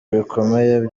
bikomeye